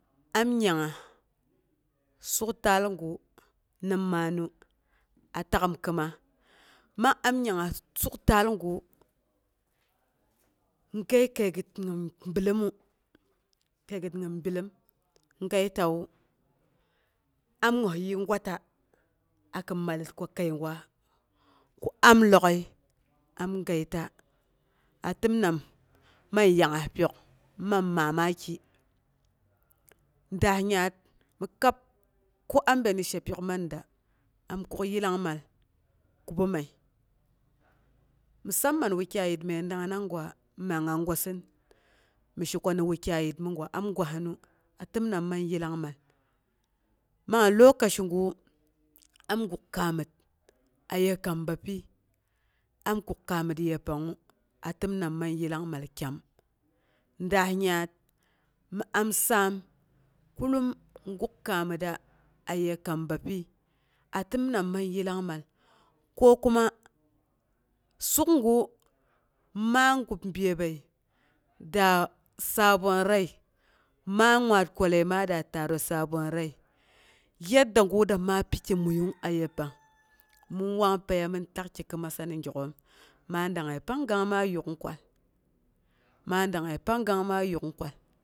Am nyangngas suk ta gu nim maanətru, a tak'um kɨimas mi am yangngas suk taalgu, gəi kəigət gin bilomu kəigət gin bilomu kəigət gin bilom gəitawu, an osyiii gwatana akin mallet, ko ko kəigwa ko am lohyii am gəita, atem nam man yangngas pyok man ki mamaki, daas yaat mi kab ko an bi ni shepyok man dawu am kuk yillang mal-kubumməi, musamman wukgaiyət məi dangnang gwa, ma nga gwasin mni she ko ni wukyaiyət mi gwa, am gwasinu, a tem nam man yillangmal, man lokaci gu am guk kaamət aye kam bapyi. Guk kaamat aye pangngu a təmnam man yillangmal kyam, daas yaat mi am saam kullum gak kaammit ala aye kar bapyi a tɓm man yillagma ko kuma suk gu, ma gub byebbəi da sabon raiyu, ma waar kwale ma da taro sabon rai yadda ga dama piki muyung ayepang, min wanpəiyi nun takki krimasa mi gyak'oom, ma dangngəi pang kang ma yuk'ung kwal ma danynge pang ma yuk'ung kwal.